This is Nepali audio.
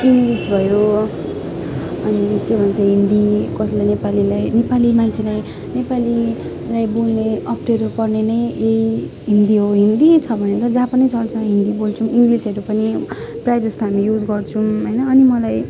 इङ्लिस भयो अनि के भन्छ हिन्दी कसले नेपालीलाई नेपाली मान्छेलाई नेपालीलाई बोल्ने अप्ठ्यारो पर्ने नै यही हिन्दी हो हिन्दी छ भने त जहाँ पनि चल्छ हिन्दी बोल्छौँ इङ्लिसहरू पनि प्रायःजस्तो हामी युज गर्छौँ होइन अनि मलाई